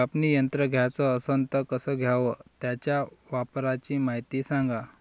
कापनी यंत्र घ्याचं असन त कस घ्याव? त्याच्या वापराची मायती सांगा